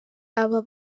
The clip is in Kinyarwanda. aba